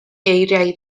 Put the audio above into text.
eiriau